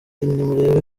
nimurebe